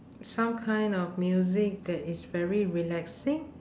some kind of music that is very relaxing